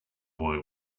boy